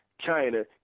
China